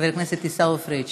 חבר הכנסת עיסאווי פריג'